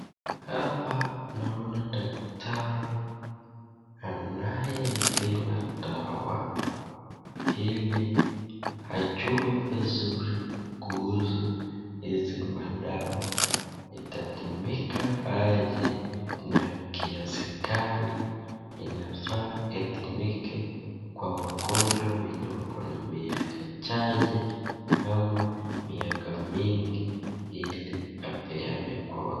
hapa naona dakitari anaye ipima dawa, iliajue vizuri kuhusu hizi dawa itatumika aje na kiasi gani, inafaa yatumike kwa wagonjwa wenye wako na miaka chache ama miaka mingi ili apeane kwa